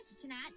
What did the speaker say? tonight